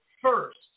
first